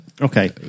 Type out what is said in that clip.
Okay